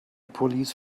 police